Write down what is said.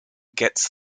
gets